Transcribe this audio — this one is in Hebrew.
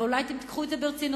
אבל אולי תיקחו את זה ברצינות.